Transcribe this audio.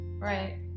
Right